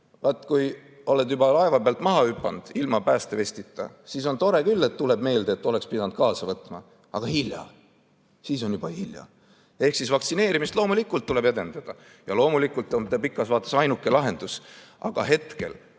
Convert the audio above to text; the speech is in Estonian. Vaat, kui oled juba laeva pealt maha hüpanud ilma päästevestita, siis on tore küll, kui tuleb meelde, et oleks pidanud selle kaasa võtma, aga hilja on. Siis on juba hilja. Vaktsineerimist tuleb loomulikult edendada ja loomulikult on see pikas vaates ainuke lahendus. Aga hetkel,